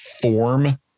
form